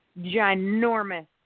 ginormous